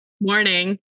Morning